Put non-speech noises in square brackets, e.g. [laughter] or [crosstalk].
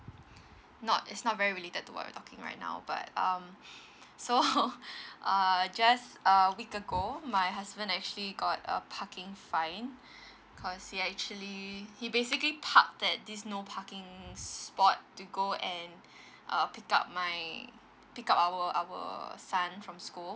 not is not very related to what we're talking right now but um so [laughs] err just a week ago my husband actually got a parking fine cause he actually he basically parked at this no parking spot to go and uh pick up my pick up our our son from school